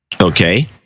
Okay